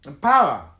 power